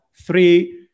three